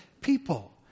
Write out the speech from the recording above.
people